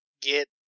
get